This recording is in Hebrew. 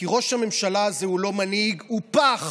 כי ראש הממשלה הזה הוא לא מנהיג, הוא פח,